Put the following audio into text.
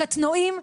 קטנועים,